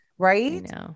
right